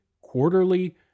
quarterly